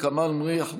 כמאל מריח,